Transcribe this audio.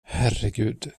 herregud